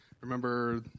Remember